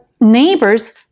neighbors